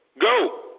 go